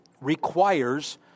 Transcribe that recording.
requires